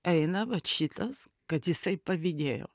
eina vat šitas kad jisai pavydėjo